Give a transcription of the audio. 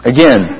Again